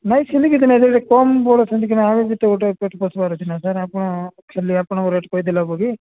ନାଇଁ ସେମିତି କିଛି ନାଇଁ କମ୍ ବଡ଼ ସେମିତି କିଛି ନାଇଁ ଆମେ ବି ତ ଗୋଟେ ପେଟ ପୋଷିବାର ଅଛି ନା ସାର୍ ଆପଣ ଖାଲି ଆପଣଙ୍କ ରେଟ୍ କହିଦେଲେ ହେବ କି